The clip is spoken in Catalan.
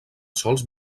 sols